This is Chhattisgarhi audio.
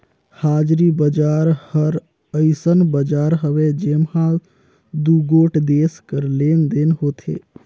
हाजरी बजार हर अइसन बजार हवे जेम्हां दुगोट देस कर लेन देन होथे